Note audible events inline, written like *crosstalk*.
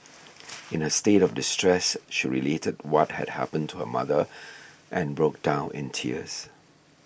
*noise* in her state of distress she related what had happened to her mother and broke down in tears